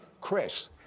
Chris